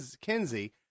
Kenzie